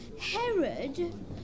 Herod